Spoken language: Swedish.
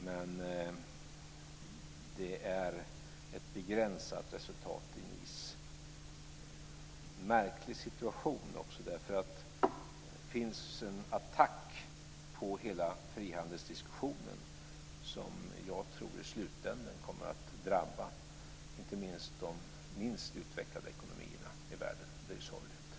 Men det är ett begränsat resultat från Nice. Det är en märklig situation därför att det förekommer en attack på hela frihandelsdiskussionen som jag tror i slutändan kommer att drabba inte minst de minst utvecklade ekonomierna i världen, och det är sorgligt.